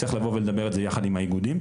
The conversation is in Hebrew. צריך לבוא ולדבר על זה יחד עם האיגודים.